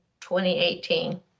2018